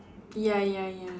ya ya ya